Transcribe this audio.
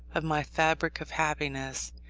of my fabric of happiness,